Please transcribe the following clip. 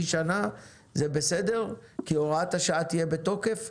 שנה זה בסדר כי הוראת השעה תהיה בתוקף,